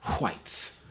whites